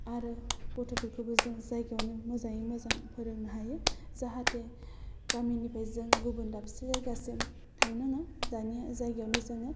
आरो गथ'फोरखौबो जों जायगायावनो मोजाङै मोजां फोरोंनो हायो जाहाथे गामिनिफ्राय जों गुबुन दाबसे जायगासिम थांनो नाङा दानिया जायगायावनो जोङो